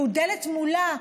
שהוא דלת מולה,